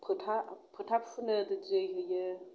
फोथा फोथा फुनो जै होयो